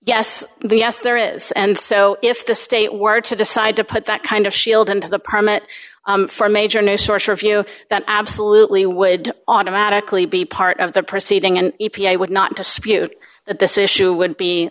yes yes there is and so if the state were to decide to put that kind of shield into the permit for major new source review that absolutely would automatically be part of the proceeding and e p a would not to spew that this issue would